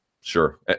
Sure